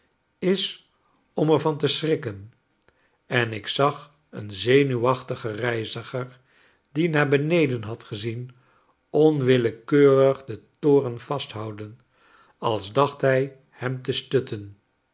is om er van te schrikken en ik zag een zenuwachtig reiziger die naar beneden had gezien onwillekeurig den toren vasthouden als dacht hij hem testutten